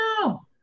No